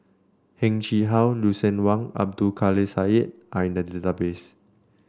Heng Chee How Lucien Wang Abdul Kadir Syed are in the database